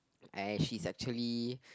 and she's actually